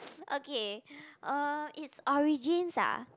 okay uh it's origins ah